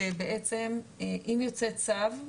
שבעצם אם יוצא צו,